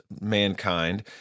mankind